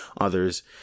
others